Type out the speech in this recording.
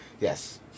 Yes